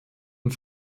und